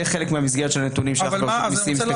זה חלק מהמסגרת של הנתונים שאנחנו --- ידידי,